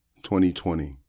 2020